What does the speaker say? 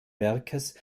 werkes